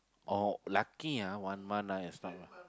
oh lucky ah one month ah is not